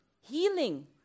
healing